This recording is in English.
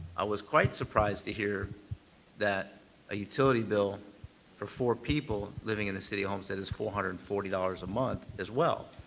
i was quite surprised to hear that a utility bill for four people living in the city of homestead is four hundred and forty dollars a month as well.